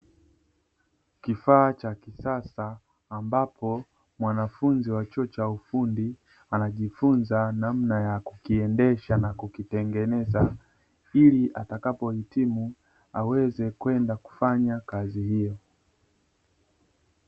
Kifaa cha kisasa ambapo mwanafunzi wa chuo cha ufundi, anajifunza namna ya kukiendesha na kukitengeneza, ili atakapo hitimu aweze kwenda kufanya kazi hiyo.